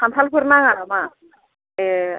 खान्थालफोर नाङा नामा ए